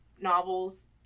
novels